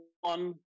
One